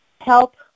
help